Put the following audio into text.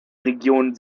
region